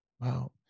Wow